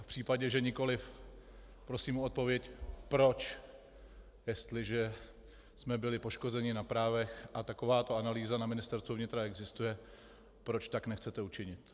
V případě že nikoliv, prosím o odpověď proč, jestliže jsme byli poškozeni na právech a takováto analýza na Ministerstvu vnitra existuje, proč tak nechcete učinit.